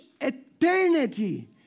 eternity